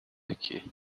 aqui